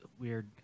weird